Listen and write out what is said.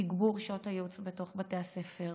תגבור שעות הייעוץ בתוך בתי הספר,